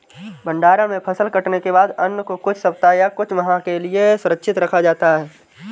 भण्डारण में फसल कटने के बाद अन्न को कुछ सप्ताह या कुछ माह के लिये सुरक्षित रखा जाता है